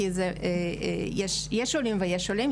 כי יש עולים ויש עולים,